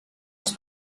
els